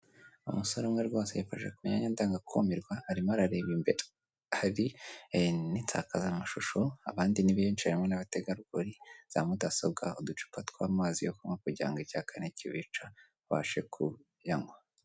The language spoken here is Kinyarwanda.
Umusore umwe rwose yifashe ku myanya ndangakumirwa arimo arareba imbere. Hari n'insakazamashusho, abandi ni benshi harimo n'abategarugori, za mudasobwa, uducupa tw'amazi yo kunywa kugira icyaka nikibica babashe kuyanywa.